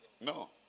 no